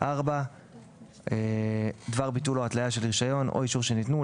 דבר ביטול או התליה של רישיון או אישור שניתנו,